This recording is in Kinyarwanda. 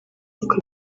ivuga